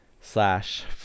slash